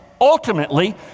ultimately